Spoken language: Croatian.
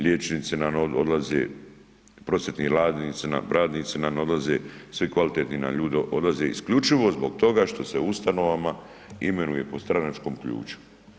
Liječnici nam odlaze, prosvjetni radnici nam odlaze, svi kvalitetni ljudi nam odlaze isključivo zbog toga što se u ustanovama imenuje po stranačkom ključu.